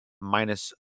minus